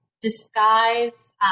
disguise